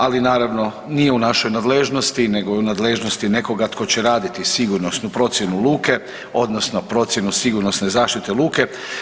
Ali naravno nije u našoj nadležnosti nego je u nadležnosti nekoga tko će raditi sigurnosnu procjenu luke, odnosno procjenu sigurnosne zaštite luke.